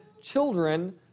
children